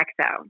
XO